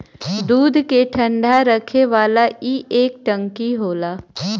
दूध के ठंडा रखे वाला ई एक टंकी होला